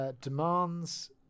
demands